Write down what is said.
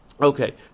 Okay